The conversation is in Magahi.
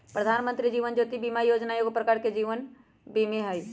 प्रधानमंत्री जीवन ज्योति बीमा जोजना एगो प्रकार के जीवन बीमें हइ